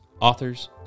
authors